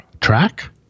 track